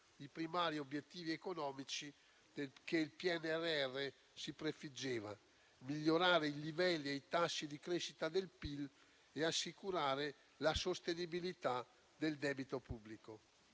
i primari obiettivi economici che il PNRR si prefiggeva: migliorare i livelli e i tassi di crescita del PIL e assicurare la sostenibilità del debito pubblico.